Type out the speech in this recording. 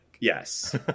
Yes